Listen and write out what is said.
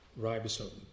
ribosome